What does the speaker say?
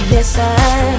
Listen